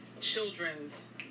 children's